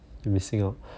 you're missing out